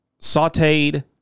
Sauteed